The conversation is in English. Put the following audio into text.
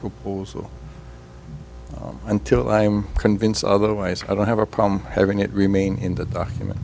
proposal until i'm convinced otherwise i don't have a problem having it remain in that document